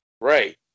Right